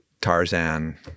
Tarzan